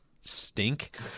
stink